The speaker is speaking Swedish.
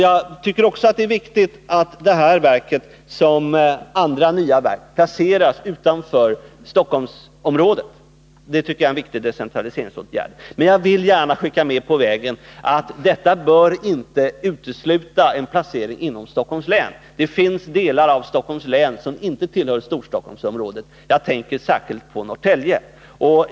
Jag tycker också det är viktigt att detta verk liksom andra nya verk placeras utanför Storstockholmsområdet — det är en viktig decentraliseringsåtgärd. Men jag vill gärna skicka med på vägen att detta inte bör utesluta en placering inom Stockholms län. Det finns delar av Stockholms län som inte tillhör Storstockholmsområdet — jag tänker särskilt på Norrtälje.